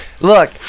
look